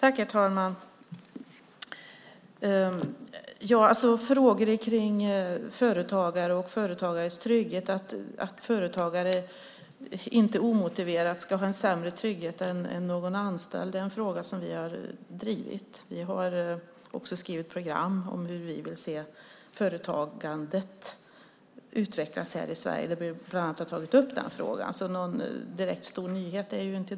Herr talman! Frågor kring företagare och företagares trygghet, att företagare inte omotiverat ska ha en sämre trygghet än anställda, är en fråga som vi har drivit. Vi har också skrivit program om hur vi vill se företagandet utvecklas i Sverige där vi tagit upp bland annat den här frågan. Någon direkt stor nyhet är det inte.